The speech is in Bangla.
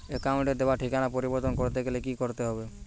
অ্যাকাউন্টে দেওয়া ঠিকানা পরিবর্তন করতে গেলে কি করতে হবে?